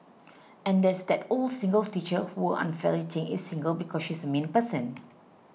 and there's that old single teacher who unfairly think is single because she's a mean person